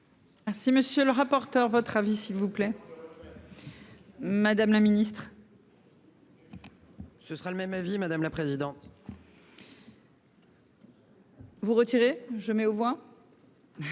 si, monsieur le rapporteur, votre avis s'il vous plaît. Madame la ministre. Ce sera le même avis, madame la présidente. Vous retirer je mets aux voix.